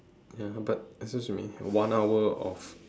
ya but excuse me one hour of